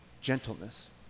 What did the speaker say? Gentleness